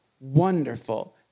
wonderful